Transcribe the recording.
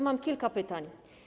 Mam kilka pytań.